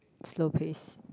slow pace